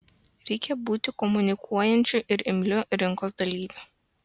reikia būti komunikuojančiu ir imliu rinkos dalyviu